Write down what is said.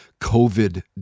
covid